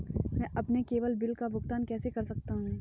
मैं अपने केवल बिल का भुगतान कैसे कर सकता हूँ?